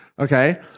okay